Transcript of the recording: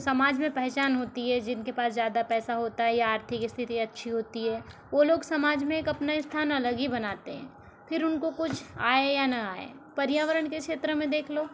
समाज में पहचान होती है जिनके पास ज़्यादा पैसा होता है या आर्थिक स्थिति अच्छी होती है वो लोग समाज में एक अपना स्थान अलग ही बनाते हैं फिर उनको कुछ आए या ना आए पर्यावरण के क्षेत्र में देख लो